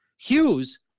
Hughes